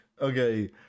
Okay